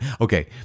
okay